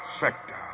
sector